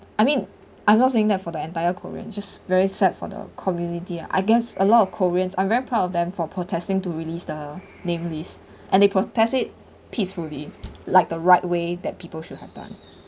I mean I'm not saying that for the entire korean just very sad for the community ah I guess a lot of koreans I'm very proud of them for protesting to release the name list and they protest it peacefully like the right way that people should have done